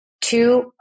two